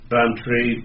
Bantry